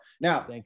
Now